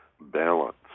balance